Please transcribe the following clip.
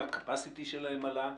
ה-Capacity שלהם עלה?